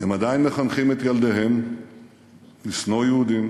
הם עדיין מחנכים את ילדיהם לשנוא יהודים,